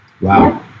Wow